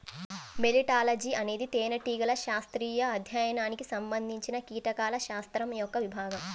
మెలిటాలజీఅనేది తేనెటీగల శాస్త్రీయ అధ్యయనానికి సంబంధించినకీటకాల శాస్త్రం యొక్క విభాగం